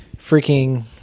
freaking